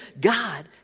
God